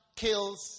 kills